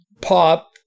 pop